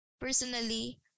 Personally